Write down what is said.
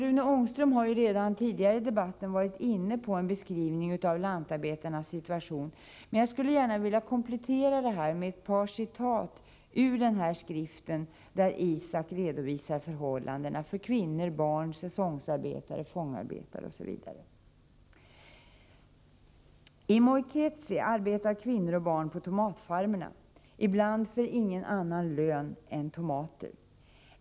Rune Ångström har redan tidigare i debatten gjort en beskrivning av lantarbetarnas situation, men jag skulle gärna vilja komplettera den med ett par citat ur den omnämnda skriften, där ISAK redovisar förhållandena för kvinnor, barn, säsongsarbetare, fångarbetare, osv. I Moiketsi arbetar kvinnor och barn på tomatfarmerna, ibland för ingen annan lön än tomater.